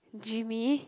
Jimmy